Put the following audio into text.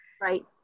Right